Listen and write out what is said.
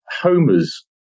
Homer's